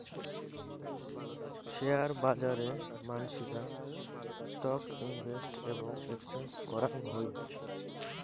share বাজারে মানসিরা stock invest এবং এক্সচেঞ্জ করাং হই